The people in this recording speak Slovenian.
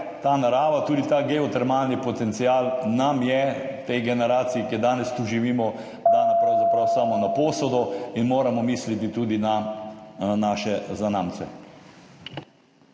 Ta narava, tudi ta geotermalni potencial nam je, tej generaciji, ki danes tu živimo, dan pravzaprav samo na posodo in moramo misliti tudi na naše zanamce.